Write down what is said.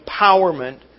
empowerment